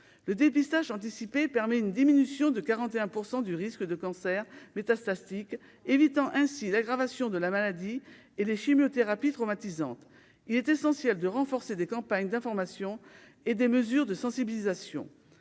le dépistage anticipée permet une diminution de 41 % du risque de cancer métastatique, évitant ainsi l'aggravation de la maladie et les chimiothérapies traumatisante, il est essentiel de renforcer des campagnes d'information et des mesures de sensibilisation